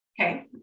Okay